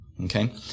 Okay